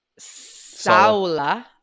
Saula